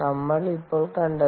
നമ്മൾ ഇപ്പോൾ കണ്ടത്